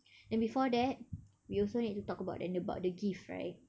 and before that we also need to talk about and about the gift right